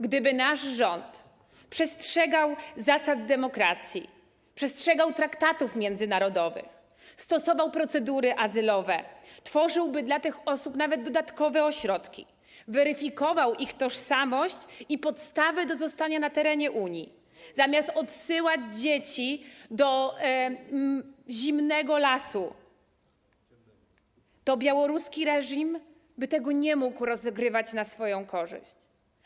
Gdyby nasz rząd przestrzegał zasad demokracji, przestrzegał traktatów międzynarodowych, stosował procedury azylowe, tworzyłby dla tych osób nawet dodatkowe ośrodki, weryfikował ich tożsamość i podstawy do zostania na terenie Unii, zamiast odsyłać dzieci do zimnego lasu, to białoruski reżim by tego nie mógł rozgrywać na swoją korzyść.